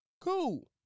Cool